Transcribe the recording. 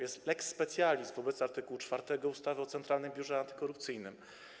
Jest lex specialis wobec art. 4 ustawy o Centralnym Biurze Antykorupcyjnym.